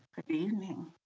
good evening.